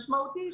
משמעותי,